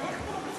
סעיפים 1 30